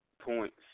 points